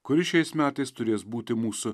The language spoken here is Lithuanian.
kuri šiais metais turės būti mūsų